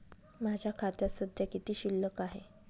माझ्या खात्यात सध्या किती शिल्लक आहे?